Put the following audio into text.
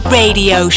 radio